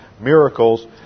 miracles